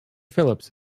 phillips